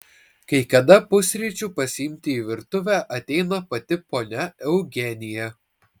kai kada pusryčių pasiimti į virtuvę ateina pati ponia eugenija